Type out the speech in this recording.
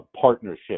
partnership